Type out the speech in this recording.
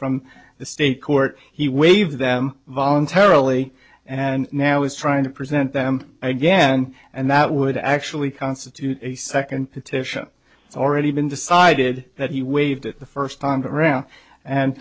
from the state court he waived them voluntarily and now is trying to present them again and that would actually constitute a second petition it's already been decided that he waived at the first time around and